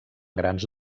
grans